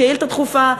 שאילתה דחופה,